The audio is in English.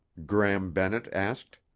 gram bennett asked.